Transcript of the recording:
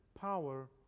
power